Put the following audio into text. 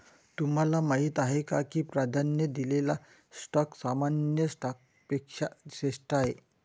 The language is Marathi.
तुम्हाला माहीत आहे का की प्राधान्य दिलेला स्टॉक सामान्य स्टॉकपेक्षा श्रेष्ठ आहे?